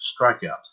strikeout